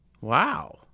Wow